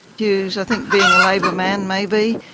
hughes i think being a labor man maybe,